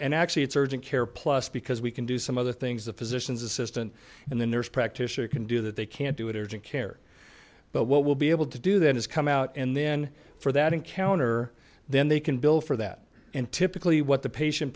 and actually it's urgent care plus because we can do some other things the physician's assistant and the nurse practitioner can do that they can't do it urgent care but what will be able to do that is come out and then for that encounter then they can bill for that and typically what the patient